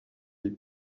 les